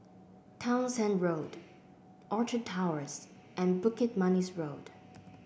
Townshend Road Orchard Towers and Bukit Manis Road